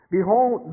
Behold